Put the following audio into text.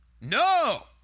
No